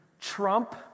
Trump